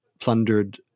plundered